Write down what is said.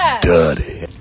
Dirty